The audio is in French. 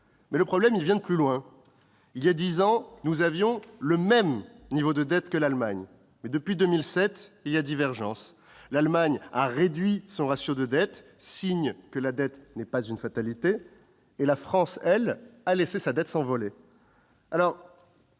Le problème vient de plus loin : voilà dix ans, nous avions le même niveau de dette que l'Allemagne ; depuis 2007, il y a divergence. L'Allemagne a réduit son ratio de dette, signe que la dette n'est pas une fatalité, tandis que la France a laissé sa dette s'envoler.